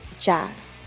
jazz